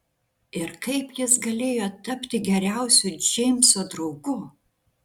ir kaip jis galėjo tapti geriausiu džeimso draugu